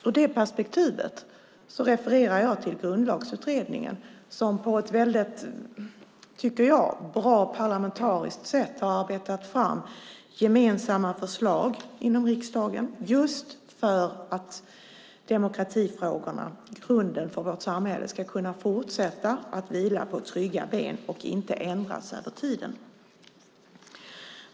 Ur detta perspektiv refererar jag till Grundlagsutredningen som på ett enligt mig bra parlamentariskt sätt har arbetat fram gemensamma förslag inom riksdagen just för att demokratifrågorna - grunden för vårt samhälle - ska kunna fortsätta att vila på trygga ben och inte ändras över tiden.